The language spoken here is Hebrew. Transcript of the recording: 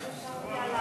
מס'